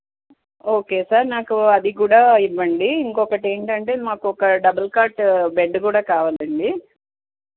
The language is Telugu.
ఓకే సార్ నాకు అది కూడా ఇవ్వండి ఇంకొకటి ఏంటంటే మాకు డబల్ కాట్ బెడ్డు కూడా కావాలండి